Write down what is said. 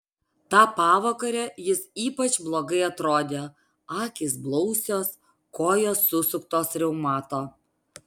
tą pavakarę jis ypač blogai atrodė akys blausios kojos susuktos reumato